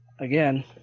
Again